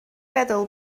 meddwl